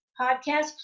podcast